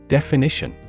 Definition